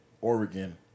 Oregon